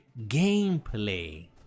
gameplay